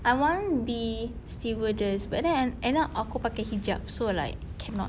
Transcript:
I want to be stewardess but then end end up aku pakai hijab so like cannot